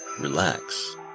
Relax